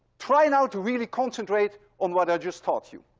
try now to really concentrate on what i just taught you.